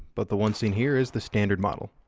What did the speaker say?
but the one seen here is the standard model.